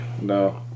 No